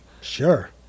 Sure